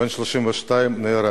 בן 32 נהרג,